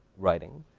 writing